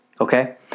Okay